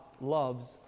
loves